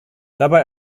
dabei